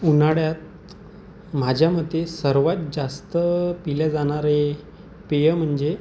उन्हाळ्यात माझ्या मते सर्वात जास्त पिल्या जाणारे पेय म्हणजे